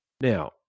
Now